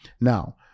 Now